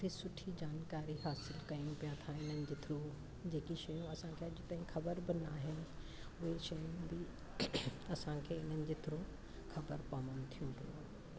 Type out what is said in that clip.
काफ़ी सुठी जानकारी हासिलु कयूं पिया था इन्हनि जे थ्रू जेकी शयूं असांखे अॼु ताईं ख़बर बि न आहिनि उहे शयूं बि असांखे हिननि जे थ्रू ख़बर पवनि थियूं